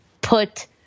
put